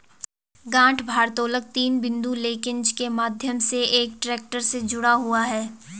गांठ भारोत्तोलक तीन बिंदु लिंकेज के माध्यम से एक ट्रैक्टर से जुड़ा हुआ है